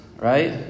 right